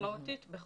כמה גורים מתו